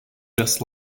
just